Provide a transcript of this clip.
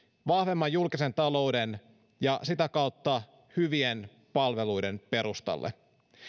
vahvemman julkisen talouden ja sitä kautta hyvien palveluiden perustalle